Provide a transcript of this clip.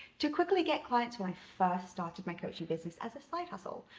to quickly get clients when i first started my coaching business as a side hustle,